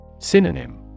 Synonym